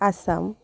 Assam